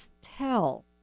tell